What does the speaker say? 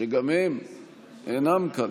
שגם הם אינם כאן.